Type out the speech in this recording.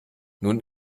nun